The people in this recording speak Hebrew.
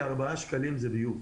מופנים כארבעה שקלים לביוב.